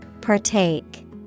Partake